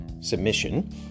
submission